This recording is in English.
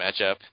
matchup